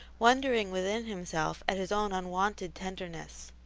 wondering within himself at his own unwonted tenderness.